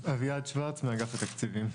אביעד שוורץ מאגף תקציבים.